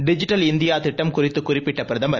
digital இந்தியாதிட்டம் குறித்துகுறிப்பிட்டபிரதுமர்